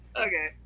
okay